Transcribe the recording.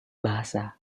bahasa